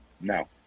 No